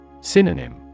Synonym